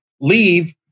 leave